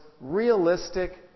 realistic